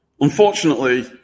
unfortunately